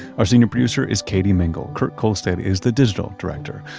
our senior producer is katie mingle. kurt kohlstedt is the digital director.